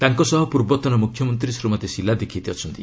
ତାଙ୍କ ସହ ପୂର୍ବତନ ମୁଖ୍ୟମନ୍ତୀ ଶ୍ରୀମତୀ ଶିଲା ଦିକ୍ଷୀତ ଅଛନ୍ତି